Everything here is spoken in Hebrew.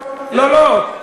לא לא,